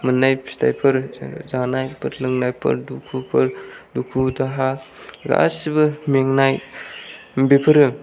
मोननाय फिथायफोर जे जानायफोर लोंनायफोर दुखुफोर दुखु दाहा गासैबो मेंनाय बेफोरो